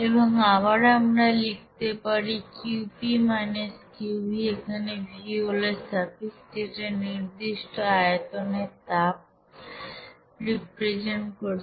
এবং আবার আমরা লিখতে পারি Qp - Qv এখানে v হল সাফিক্স যেটা নির্দিষ্ট আয়তনের তাপ রিপ্রেজেন্ট করছে